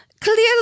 Clearly